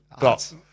got